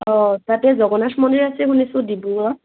অঁ তাতে জগন্নাথ মন্দিৰ আছে বুলি শুনিছোঁ ডিব্ৰুগড়